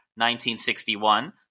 1961